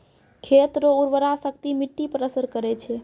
खेत रो उर्वराशक्ति मिट्टी पर असर करै छै